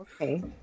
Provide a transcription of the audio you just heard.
okay